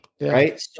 right